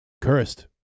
Cursed